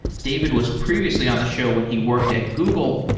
david was previously on the show when he worked at google.